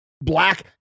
black